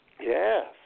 Yes